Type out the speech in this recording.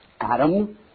Adam